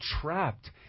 trapped